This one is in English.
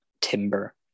timber